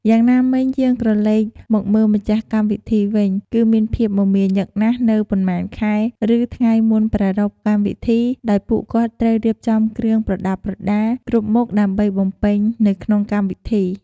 យ៉ាងណាមិញ យើងក្រឡេកមកមើលម្ចាស់កម្មវិធីវិញ គឺមានភាពមមាញឹកណាស់នៅប៉ុន្មានខែ ឫថ្ងៃមុនប្រារព្ធកម្មវិធីដោយពួកគាត់ត្រូវរៀបចំគ្រឿងប្រដា់ប្រដាគ្រប់មុខដើម្បីបំពេញនៅក្នុងកម្មវិធី។